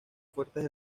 fuertes